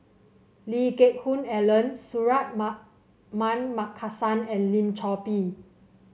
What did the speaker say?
Lee Geck Hoon Ellen Markasan and Lim Chor Pee